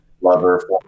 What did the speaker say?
lover